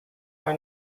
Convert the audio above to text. are